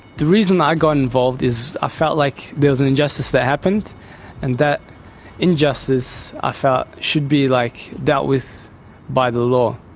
the reason i got involved is, i ah felt like there was an injustice that happened and that injustice i felt should be, like, dealt with by the law.